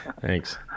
Thanks